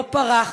לא פרח,